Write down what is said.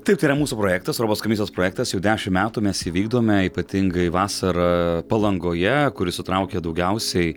taip tai yra mūsų projektas europos komisijos projektas jau dešimt metų mes jį įvykdome ypatingai vasarą palangoje kuri sutraukia daugiausiai